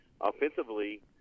Offensively